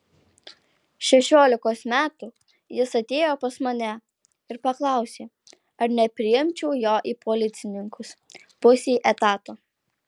šešiolikos metų jis atėjo pas mane ir paklausė ar nepriimčiau jo į policininkus pusei etato